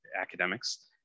academics